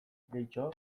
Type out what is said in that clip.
gehitxo